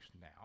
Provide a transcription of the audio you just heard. now